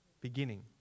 beginning